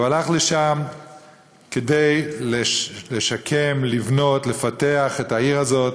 והוא הלך לשם כדי לשקם, לבנות, לפתח את העיר הזאת,